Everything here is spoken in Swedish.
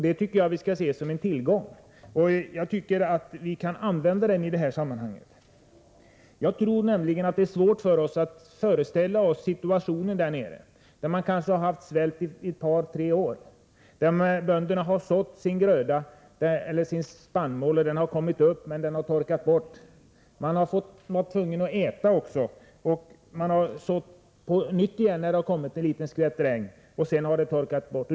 Det tycker jag att vi skall se som en tillgång. Vidare tycker jag att vi kan använda oss av den tillgången i det här sammanhanget. Jag tror nämligen att det är svårt för oss här i Sverige att ha en föreställning om hur situationen är nere i Afrika. Man har kanske upplevt svält i ett par tre år. Bönderna har visserligen sått sin gröda, och spannmålen har kommit upp. Men sedan har grödan torkat bort. Dessutom har man ju varit tvungen att äta någonting. När det sedan har kommit en skvätt regn har man sått på nytt, men även den grödan har torkat bort.